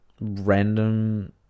random